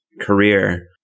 career